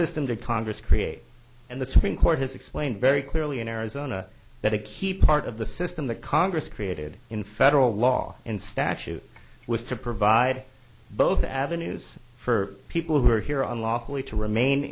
system to congress create and the supreme court has explained very clearly in arizona that a key part of the system that congress created in federal law and statute was to provide both the avenues for people who are here on lawfully to remain